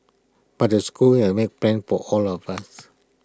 but the school has made plans for all of us